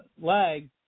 lag